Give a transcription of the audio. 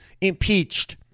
impeached